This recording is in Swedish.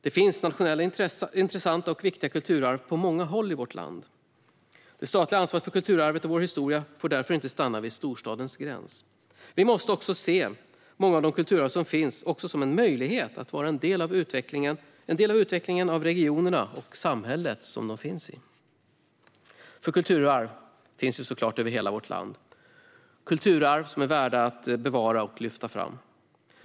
Det finns nationellt intressanta och viktiga kulturarv på många håll i vårt land. Det statliga ansvaret för kulturarvet och vår historia får därför inte stanna vid storstadens gräns. Vi måste också se de många kulturarv som finns som en möjlighet att vara en del av utvecklingen av regionerna och samhället de finns i. Kulturarv finns ju över hela vårt land, och de är värda att bevara och lyfta fram.